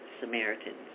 Samaritans